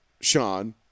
Sean